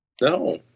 No